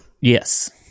Yes